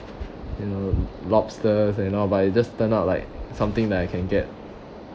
you know lobsters and all but it just turn out like something that I can get